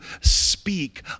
speak